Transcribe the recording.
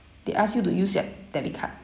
they ask you to use their debit card